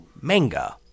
Manga